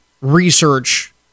research